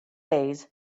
days